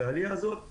ולעיתים היא